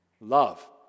Love